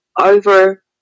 over